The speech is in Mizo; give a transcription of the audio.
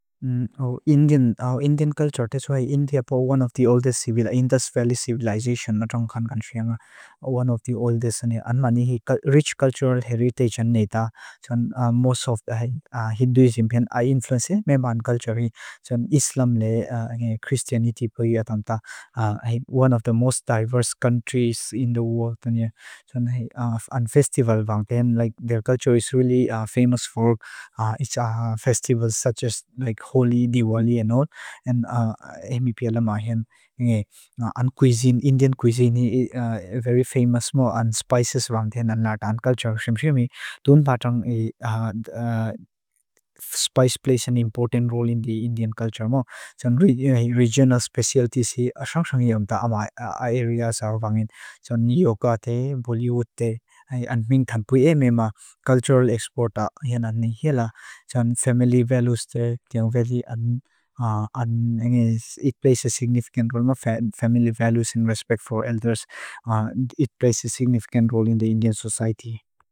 Indian culture, that is why India one of the oldest, Indus Valley civilisation, one of the oldest. Rich cultural heritage, most of the Hinduism are influenced by Maman culture. Islam, Christianity, one of the most diverse countries in the world. And festivals, their culture is really famous for festivals such as Holi, Diwali and all. Indian cuisine is very famous and spices in Latan culture. Spice plays an important role in the Indian culture. Regional specialties are also very important in our area. Yoga, Bollywood, and many other cultural exports. Family values play a significant role in respect for elders. It plays a significant role in the Indian society.